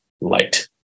light